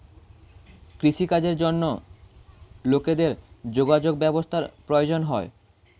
কৃষি কাজের জন্য লোকেদের যোগাযোগ ব্যবস্থার প্রয়োজন হয়